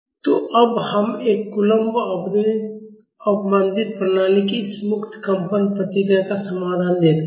तो अब हम एक कूलम्ब अवमंदित प्रणाली की इस मुक्त कंपन प्रतिक्रिया का समाधान देखते हैं